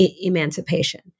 emancipation